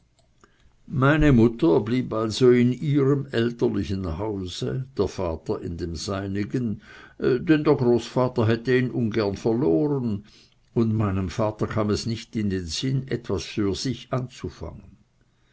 meine mutter blieb also in ihrem elterlichen hause der vater in dem seinigen denn der großvater hätte ihn ungern verloren und meinem vater kam es nicht in den sinn etwas für sich anzufangen